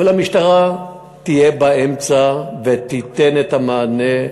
אבל המשטרה תהיה באמצע, ותיתן את המענה,